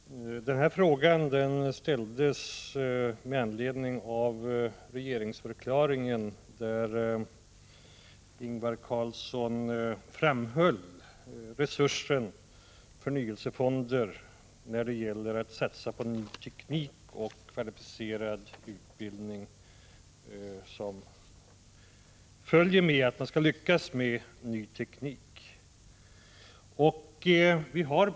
Herr talman! Den här frågan ställdes med anledning av regeringsförklaringen, där Ingvar Carlsson framhöll resursen förnyelsefonder när det gäller att satsa på ny teknik och kvalificerad utbildning — som är nödvändig för att man skall lyckas med ny teknik.